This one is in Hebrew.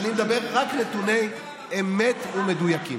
אני אומר רק נתוני אמת ומדויקים.